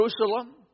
Jerusalem